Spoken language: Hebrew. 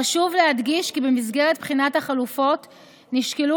חשוב להדגיש כי במסגרת בחינת החלופות נשקלו